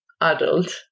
adult